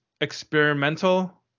experimental